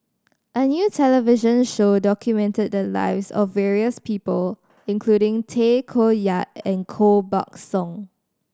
a new television show documented the lives of various people including Tay Koh Yat and Koh Buck Song